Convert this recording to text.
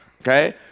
okay